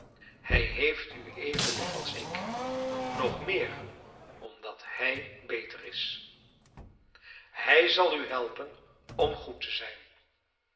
hij heeft u even lief als ik nog meer omdat hij beter is hij zal u helpen om goed te zijn